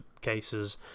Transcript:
cases